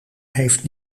heeft